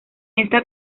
esta